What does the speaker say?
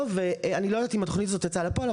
ואני לא יודעת אם התוכנית הזו יצאה לפועל,